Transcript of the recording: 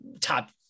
top